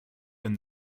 been